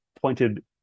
pointed